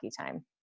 time